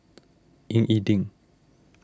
Ying E Ding